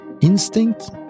Instinct